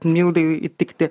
mildai įtikti